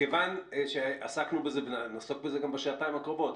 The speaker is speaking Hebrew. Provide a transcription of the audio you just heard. מכיוון שעסקנו בזה ונעסוק בזה גם בשעתיים הקרובות,